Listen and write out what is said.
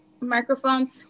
microphone